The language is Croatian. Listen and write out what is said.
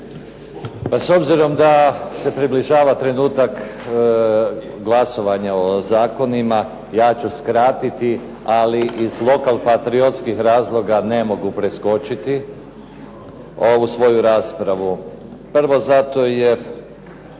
Pa s obzirom da se približava trenutak glasovanja o zakonima, ja ću skratiti ali iz lokal-patriotskih razloga ne mogu preskočiti, ovu svoju raspravu. Prvo zato jer